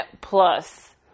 plus